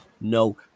No